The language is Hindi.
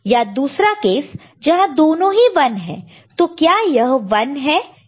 या दूसरा केस जहां दोनों ही 1 है तो क्या यह 1 है कि नहीं